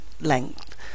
length